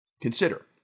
Consider